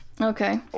Okay